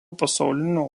pasaulinio